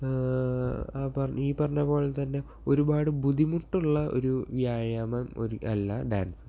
അപ്പം ഈ പറഞ്ഞതു പോലെതന്നെ ഒരുപാട് ബുദ്ധിമുട്ടുള്ള ഒരു വ്യായാമം ഒരു അല്ല ഡാൻസ്